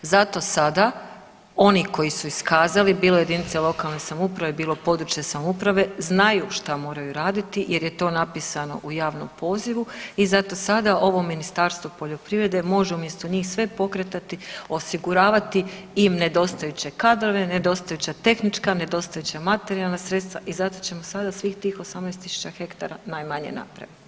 Zato sada oni koji su iskazali bilo JLS, bilo područne samouprave znaju šta moraju raditi jer je to napisano u javnom pozivu i zato sada ovo Ministarstvo poljoprivrede može umjesto njih sve pokretati, osiguravati im nedostajuće kadrove, nedostajuća tehnička, nedostajuća materijalna sredstva i zato ćemo sada svih tih 18 tisuća hektara najmanje napraviti.